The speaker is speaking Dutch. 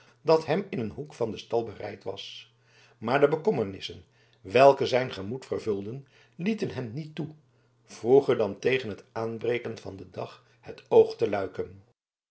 dat hem in een hoek van den stal bereid was maar de bekommernissen welke zijn gemoed vervulden lieten hem niet toe vroeger dan tegen het aanbreken van den dag het oog te luiken